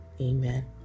Amen